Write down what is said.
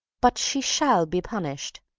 but she shall be punished,